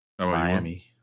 Miami